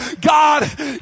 God